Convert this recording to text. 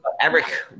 Eric